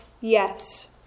yes